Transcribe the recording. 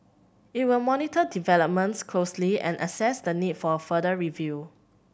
it will monitor developments closely and assess the need for a further review